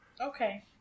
Okay